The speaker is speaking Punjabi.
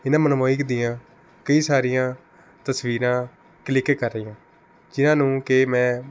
ਇਨ੍ਹਾਂ ਮਨਮੋਹਕ ਦੀਆਂ ਕਈ ਸਾਰੀਆਂ ਤਸਵੀਰਾਂ ਕਲਿੱਕ ਕਰ ਲਈਆਂ ਜਿਨ੍ਹਾਂ ਨੂੰ ਕਿ ਮੈਂ